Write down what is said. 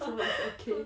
so okay